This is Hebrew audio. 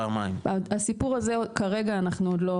פעמיים, הסיפור הזה, כרגע אנחנו עוד לא